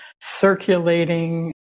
circulating